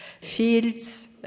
fields